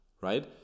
right